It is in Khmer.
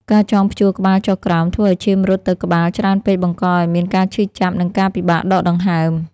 ការចងព្យួរក្បាលចុះក្រោម ធ្វើឱ្យឈាមរត់ទៅក្បាលច្រើនពេកបង្កឱ្យមានការឈឺចាប់និងការពិបាកដកដង្ហើម។